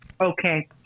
okay